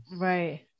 Right